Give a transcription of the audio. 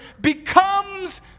becomes